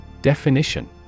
Definition